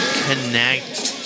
connect